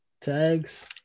tags